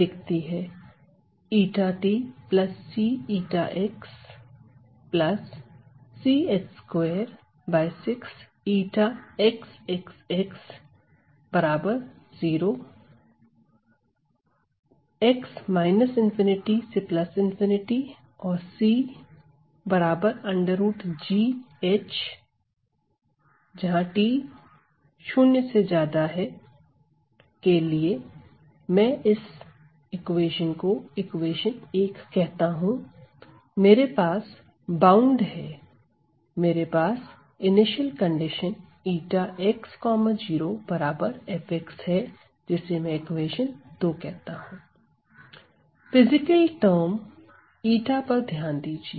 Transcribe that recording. दिखती है मेरे पास बाउंड है मेरे पास इनिशियल कंडीशन फिजिकल टर्म 𝜼 पर ध्यान दीजिए